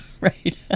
right